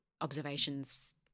observations